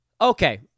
Okay